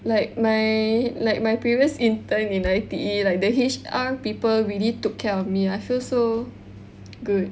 like my like my previous intern in I_T_E like the H_R people really took care of me I feel so good